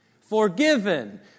Forgiven